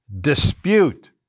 dispute